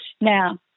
Now